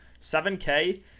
7K